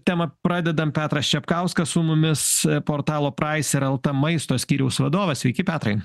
temą pradedam petras čepkauskas su mumis portalo praiser el tė maisto skyriaus vadovas sveiki petrai